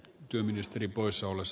työministeri poissaolos